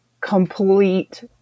complete